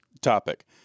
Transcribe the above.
topic